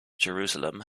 jerusalem